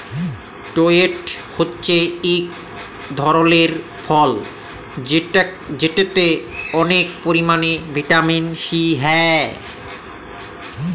tomato হছে ইক ধরলের ফল যেটতে অলেক পরিমালে ভিটামিল সি হ্যয়